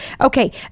Okay